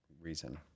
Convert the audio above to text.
reason